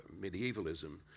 medievalism